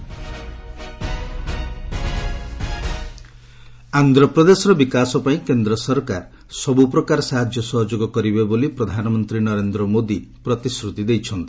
PM Tirupati ଆନ୍ଧ୍ରପ୍ରଦେଶର ବିକାଶ ପାଇଁ କେନ୍ ସରକାର ସବୃ ପ୍ରକାର ସାହାଯ୍ୟ ସହଯୋଗ କରିବେ ବୋଲି ପ୍ରଧାନମନ୍ତ୍ରୀ ନରେନ୍ଦ୍ର ମୋଦି ପ୍ରତିଶ୍ରତି ଦେଇଛନ୍ତି